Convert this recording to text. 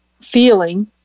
feeling